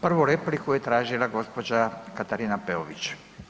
Prvu repliku je tražila gđa. Katarina Peović.